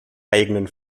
eigenen